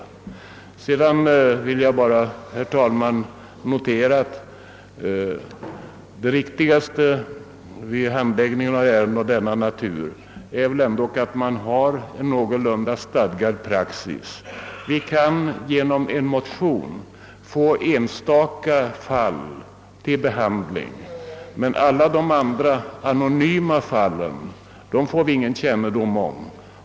Vidare vill jag bara notera, herr talman, att det riktigaste vid handläggningen av ärenden av denna natur är att man har en någorlunda stadgad praxis. Vi kan i riksdagen genom en motion behandla enstaka fall, men alla de anonyma fallen får vi ingen kännedom om.